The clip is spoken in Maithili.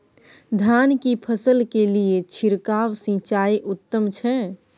धान की फसल के लिये छिरकाव सिंचाई उत्तम छै?